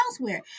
elsewhere